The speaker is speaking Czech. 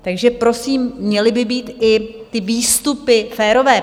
Takže prosím, měly by být i ty výstupy férové.